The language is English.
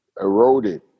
Eroded